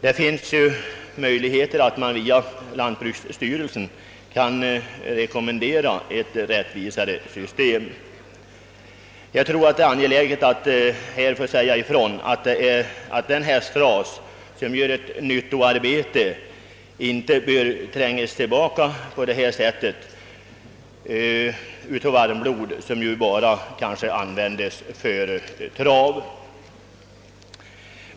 Det finns ju möjligheter att via lantbruksstyrelsen rekommendera ett rättvisare system. Det är angeläget att här säga ifrån att den hästras som gör ett nyttoarbete inte bör trängas tillbaka av varmbloden, som kanske bara används för trav.